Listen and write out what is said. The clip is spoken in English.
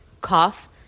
Cough